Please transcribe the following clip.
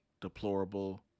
deplorable